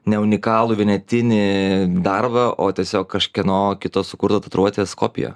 ne unikalų vienetinį darbą o tiesiog kažkieno kito sukurtą tatuiruotės kopiją